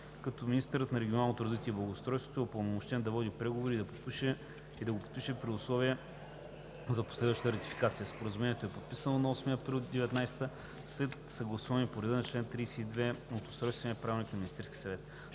като министърът на регионалното развитие и благоустройството е упълномощен да води преговори и да го подпише при условие за последваща ратификация. Споразумението е подписано на 8 април 2019 г. след съгласуване по реда на чл. 32 от Устройствения правилник на Министерския съвет.